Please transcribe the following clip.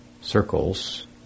circles